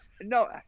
no